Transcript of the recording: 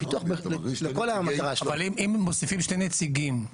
פיתוח --- אבל אם מוסיפים שני נציגים,